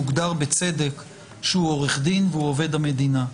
מוגדר בצדק שהוא עורך דין והוא עובד המדינה.